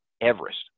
Everest